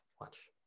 watch